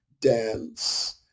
dance